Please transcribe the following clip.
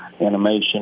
animation